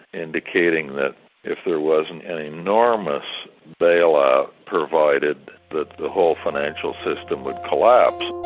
indicating that if there wasn't an enormous bailout provided that the whole financial system would collapse.